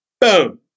boom